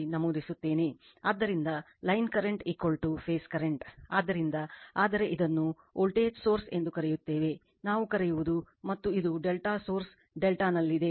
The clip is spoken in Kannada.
ಆದ್ದರಿಂದ ಲೈನ್ ಕರೆಂಟ್ ಫೇಸ್ ಕರೆಂಟ್ ಆದ್ದರಿಂದ ಆದರೆ ಇದನ್ನು ವೋಲ್ಟೇಜ್ ಸೋರ್ಸ್ ಎಂದು ಕರೆಯುತ್ತೇವೆ ನಾವು ಕರೆಯುವದು ಮತ್ತು ಇದು ∆ ಸೋರ್ಸ್ ∆ ನಲ್ಲಿರುತ್ತದೆ